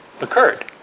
occurred